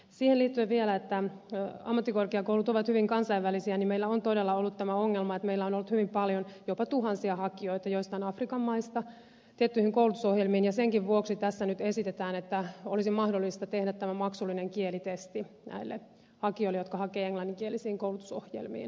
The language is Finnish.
siihen liittyen vielä että ammattikorkeakoulut ovat hyvin kansainvälisiä meillä on todella ollut tämä ongelma että meillä on ollut hyvin paljon jopa tuhansia hakijoita joistain afrikan maista tiettyihin koulutusohjelmiin ja senkin vuoksi tässä nyt esitetään että olisi mahdollista tehdä tämä maksullinen kielitesti näille hakijoille jotka hakevat englanninkielisiin koulutusohjelmiin